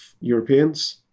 Europeans